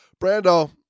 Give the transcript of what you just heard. Brando